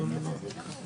(הישיבה נפסקה בשעה 10:42 ונתחדשה בשעה 10:50.)